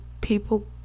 people